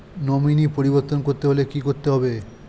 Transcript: Nominee পরিবর্তন করতে হলে কী করতে হবে?